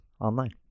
online